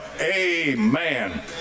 amen